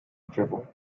drivel